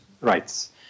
rights